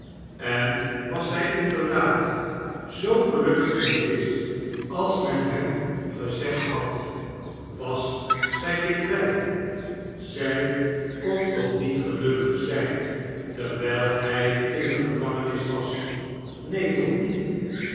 en was zij inderdaad zoo gelukkig geweest als men hem gezegd had was zij dichtbij het oproer neemt steeds toe zij kon toch niet gelukkig zijn terwijl hij in de gevangenis was neen toch niet